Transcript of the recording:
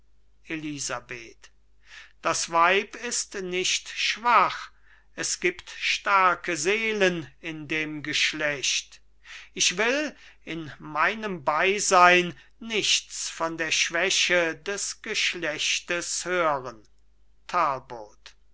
elisabeth das weib ist nicht schwach es gibt starke seelen in dem geschlecht ich will in meinem beisein nichts von der schwäche des geschlechtes hören